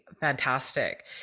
fantastic